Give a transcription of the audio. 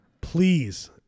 Please